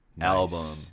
album